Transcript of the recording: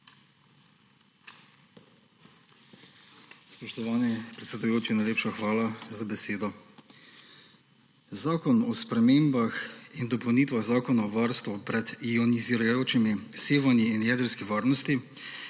Spoštovani predsedujoči, najlepša hvala za besedo! Zakon o spremembah in dopolnitvah Zakona o varstvu pred ionizirajočimi sevanji in jedrski varnosti,